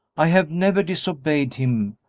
i have never disobeyed him,